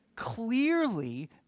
clearly